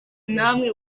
namwe